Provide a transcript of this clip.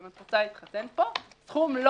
אני מחפש כרגע די-ג'יי לחתונה שלי לתאריכים ...